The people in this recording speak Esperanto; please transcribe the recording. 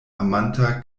amanta